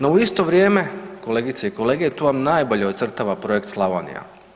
No u isto vrijeme, kolegice i kolege, tu vam najbolje ocrtava projekt Slavonija.